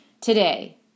Today